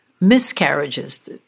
miscarriages